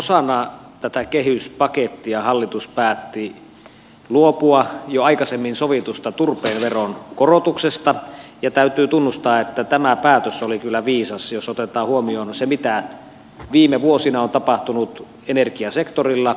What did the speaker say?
osana tätä kehyspakettia hallitus päätti luopua jo aikaisemmin sovitusta turpeen veron korotuksesta ja täytyy tunnustaa että tämä päätös oli kyllä viisas jos otetaan huomioon se mitä viime vuosina on tapahtunut energiasektorilla